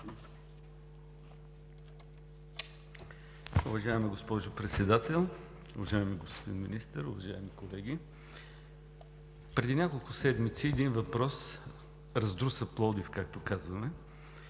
Уважаема госпожо Председател, уважаеми господин Министър, уважаеми колеги! Преди няколко седмици един въпрос „раздруса“ Пловдив – появи